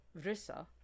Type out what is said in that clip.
Vrissa